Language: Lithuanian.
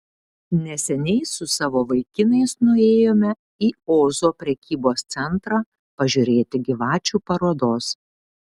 neseniai su savo vaikinais nuėjome į ozo prekybos centrą pažiūrėti gyvačių parodos